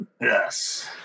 yes